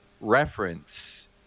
reference